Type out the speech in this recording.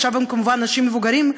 עכשיו הם כמובן אנשים מבוגרים,